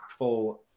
impactful